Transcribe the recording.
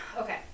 Okay